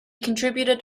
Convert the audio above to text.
contributed